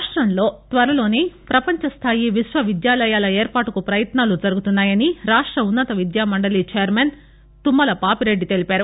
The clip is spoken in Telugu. రాష్టంలో త్వరలోనే పపంచ స్థాయి విశ్వవిద్యాలయాల ఏర్పాటుకు పయత్నాలు జరుగుతున్నాయని రాష్ట ఉన్నత విద్యామండలి చైర్మన్ తుమ్మల పాపిరెడ్డి తెలిపారు